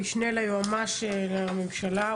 המשנה ליועץ המשפטי לממשלה,